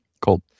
Cool